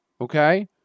Okay